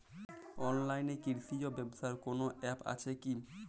অনলাইনে কৃষিজ ব্যবসার কোন আ্যপ আছে কি?